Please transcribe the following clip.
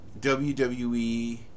wwe